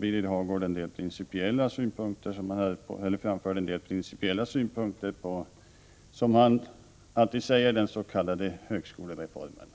Birger Hagård framförde en del principiella synpunkter på den, som han alltid säger, s.k. högskolereformen.